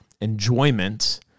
enjoyment